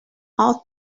ought